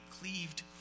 cleaved